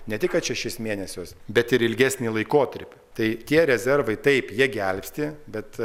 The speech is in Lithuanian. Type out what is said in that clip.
ne tik kad šešis mėnesius bet ir ilgesnį laikotarpį tai tie rezervai taip jie gelbsti bet